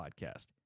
podcast